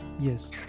Yes